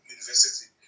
University